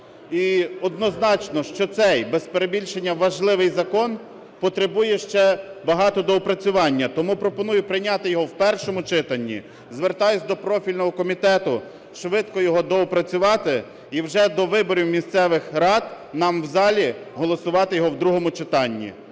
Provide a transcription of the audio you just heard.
І однозначно, що цей, без перебільшення, важливий закон потребує ще багато доопрацювань. Тому пропоную прийняти його в першому читанні. Звертаюсь до профільного комітету швидко його доопрацювати і вже до виборів місцевих рад нам у залі голосувати його в другому читанні.